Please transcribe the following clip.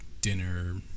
dinner